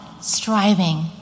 striving